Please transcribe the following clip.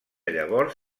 llavors